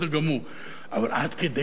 אבל עד כדי כך אי-פוליטיקלי-קורקט?